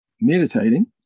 meditating